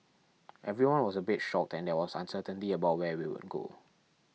everyone was a bit shocked and there was uncertainty about where we would go